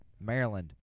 Maryland